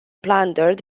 plundered